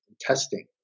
testing